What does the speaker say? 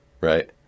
right